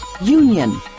union